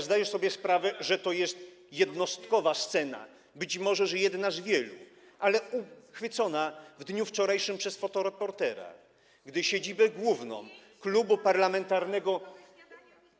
Zdaję sobie sprawę, że to jest jednostkowa scena, być może, że jedna z wielu, ale uchwycona w dniu wczorajszym przez fotoreportera, gdy siedzibę główną Klubu Parlamentarnego.